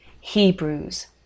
Hebrews